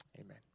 Amen